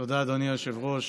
תודה, אדוני היושב-ראש.